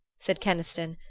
said keniston,